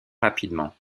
rapidement